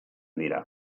dira